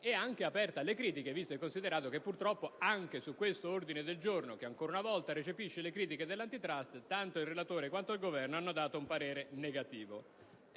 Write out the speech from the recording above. ed alle critiche, visto e considerato che purtroppo, anche su questo ordine del giorno, che ancora una volta recepisce le critiche dell'*Antitrust*, tanto il relatore quanto il Governo hanno dato un parere negativo.